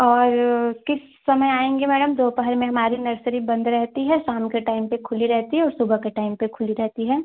और किस समय आएँगी मैडम दोपहर में हमारी नर्सरी बंद रहती है शाम के टाईम पर खुली रहती है और सुबह के टाईम पर खुली रहती है